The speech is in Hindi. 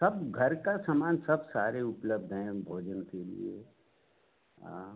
सब घर का समान सब सारे उपलब्ध हैं भोजन के लिए हाँ